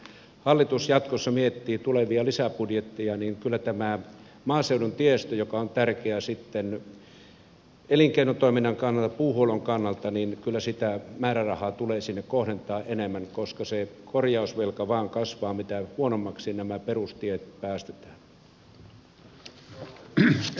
kun hallitus jatkossa miettii tulevia lisäbudjetteja niin kyllä sitä määrärahaa tulee kohdentaa enemmän sinne maaseudun tiestöön joka on tärkeä elinkeinotoiminnan kannalta puuhuollon kannalta niin on esittää määrärahaa tulisi korottaa enemmän koska se korjausvelka vain kasvaa mitä huonommaksi nämä perustiet päästetään